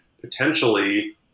potentially